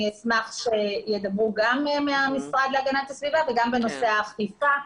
אני אשמח שידברו גם מהמשרד להגנת הסביבה וגם בנושא האיפה.